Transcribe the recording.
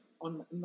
on